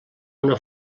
una